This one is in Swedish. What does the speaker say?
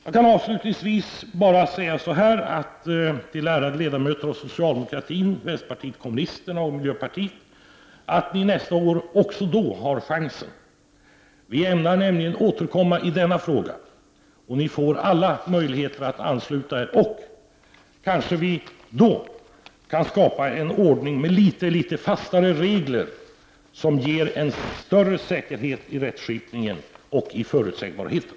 Jag kan avslutningsvis upplysa ärade ledamöter från socialdemokraterna, vpk och miljöpartiet att ni nästa år åter får chansen att ansluta er till vår linje. Vi ämnar nämligen återkomma i denna fråga. Kanske kan vi då skapa en ordning med litet fastare regler, vilken ger en större säkerhet och förutsägbarhet i rättskipningen.